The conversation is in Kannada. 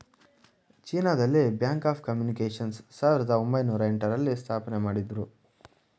ಚೀನಾ ದಲ್ಲಿ ಬ್ಯಾಂಕ್ ಆಫ್ ಕಮ್ಯುನಿಕೇಷನ್ಸ್ ಸಾವಿರದ ಒಂಬೈನೊರ ಎಂಟ ರಲ್ಲಿ ಸ್ಥಾಪನೆಮಾಡುದ್ರು